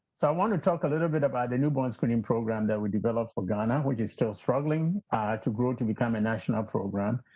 so i want to talk a little bit about the newborn screening program that we developed for ghana, which is still struggling to grow to be a national program.